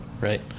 right